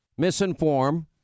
misinform